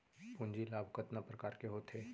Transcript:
पूंजी लाभ कतना प्रकार के होथे?